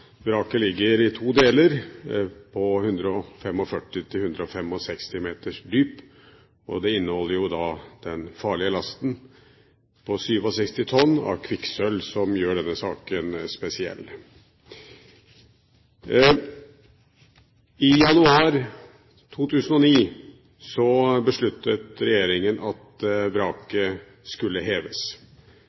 Vraket ligger i to deler på 145–165 meters dyp, og det inneholder jo den farlige lasten på 67 tonn med kvikksølv, som gjør denne saken spesiell. I januar 2009 besluttet regjeringen at vraket skulle heves.